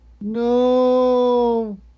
no